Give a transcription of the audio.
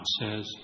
says